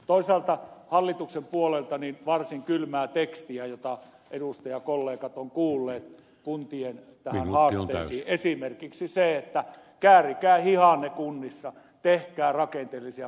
toisaalta hallituksen puolelta on varsin kylmää tekstiä jota edustajakollegat ovat kuulleet kuntien haasteista esimerkiksi se että käärikää hihanne kunnissa tehkää rakenteellisia muutoksia